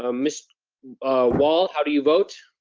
ah miss wall, how do you vote?